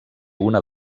una